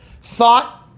thought